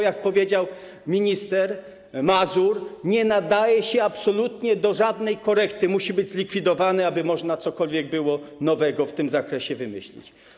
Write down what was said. Jak powiedział minister Mazur, nie nadaje się on absolutnie do żadnej korekty, musi być zlikwidowany, aby można było cokolwiek nowego w tym zakresie wymyślić.